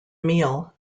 meal